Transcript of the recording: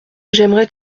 j’aimerais